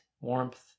warmth